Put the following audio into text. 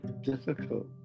difficult